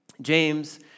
James